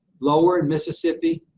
lower in mississippi,